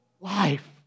life